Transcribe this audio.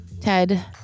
Ted